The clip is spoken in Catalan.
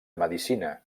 medicina